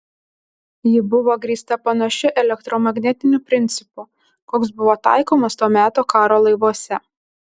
ji buvo grįsta panašiu elektromagnetiniu principu koks buvo taikomas to meto karo laivuose